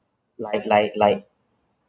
like like like